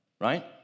right